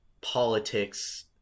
politics